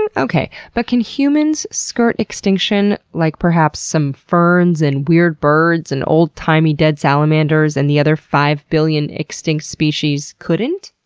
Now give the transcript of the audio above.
and okay, but can humans skirt extinction like perhaps some ferns, and weird birds, and old-timey dead salamanders, and the other five billion extinct species couldn't?